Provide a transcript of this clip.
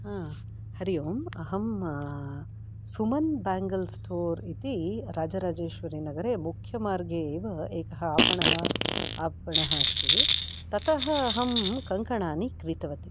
हरि ओम् अहं Suman bangle store इति राजराजेश्वरीनगरे मुख्यमार्गे एव एकः आपणः आपणः अस्ति ततः अहं कङ्कणानि क्रीतवति